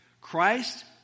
Christ